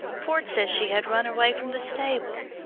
ford says she had run away from the stable.